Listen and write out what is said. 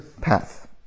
path